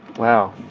wow.